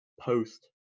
post-